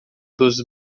dos